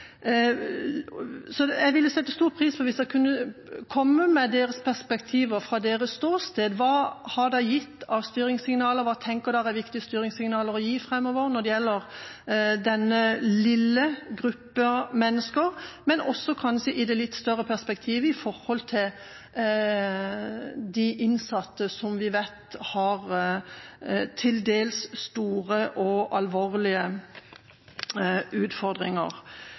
Jeg ville sette stor pris på om dere kunne komme med deres perspektiver fra deres ståsted. Hva har dere gitt av styringssignaler, hva tenker dere er viktige styringssignaler å gi framover når det gjelder denne lille gruppa mennesker, og også kanskje i det litt større perspektivet med tanke på de innsatte, som vi vet har til dels store og alvorlige utfordringer?